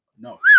No